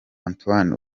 antoine